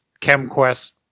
ChemQuest